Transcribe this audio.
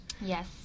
Yes